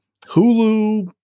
Hulu